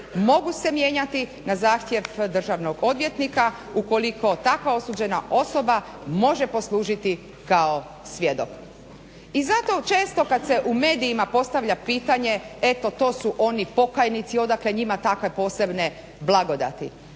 mogu se mijenjati na zahtjev državnog odvjetnika ukoliko takva osuđena osoba može poslužiti kao svjedok. I zato često kad se u medijima postavlja pitanje eto to su oni pokajnici, odakle njima takve posebne blagodati.